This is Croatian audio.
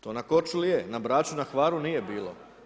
To na Korčuli je, na Braču, na Hvaru nije bilo.